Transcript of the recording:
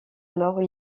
alors